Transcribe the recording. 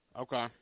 Okay